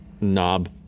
knob